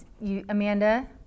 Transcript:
Amanda